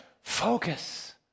Focus